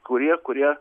kurie kurie